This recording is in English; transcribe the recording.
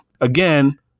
Again